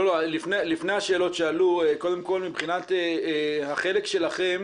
לא, לפני השאלות שעלו, קודם כל מבחינת החלק שלכם